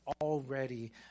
already